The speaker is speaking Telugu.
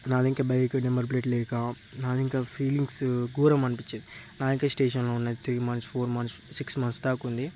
నాది ఇంకా బైక్ నెంబర్ ప్లేటు లేక నాది ఇంకా ఫీలింగ్స్ గోరం అనిపించేది నాది ఇంకా స్టేషన్లొ ఉన్నది three months four months six months దాకా ఉంది